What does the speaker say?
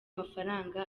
mafaranga